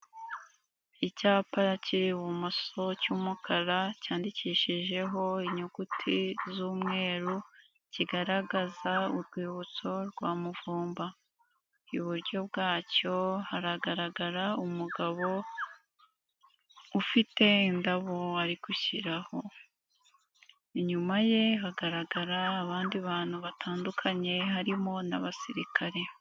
Icyapa kiri ibumoso cy'umukara cyandikishijeho inyuguti z'umweru kigaragaza urwibutso rwa Muvumba iburyo bwacyo haragaragara umugabo ufite indabo ari gushyiraho. Inyuma ye hagaragara abandi bantu batandukanye harimo n'abasirikare.